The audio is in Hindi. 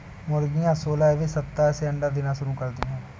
मुर्गियां सोलहवें सप्ताह से अंडे देना शुरू करती है